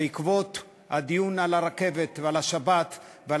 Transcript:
בעקבות הדיון על הרכבת ועל השבת ועל